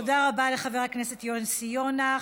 תודה רבה לחבר הכנסת יוסי יונה.